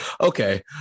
okay